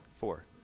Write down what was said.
Four